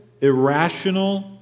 irrational